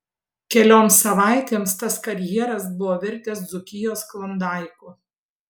kelioms savaitėms tas karjeras buvo virtęs dzūkijos klondaiku